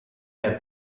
mehr